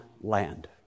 land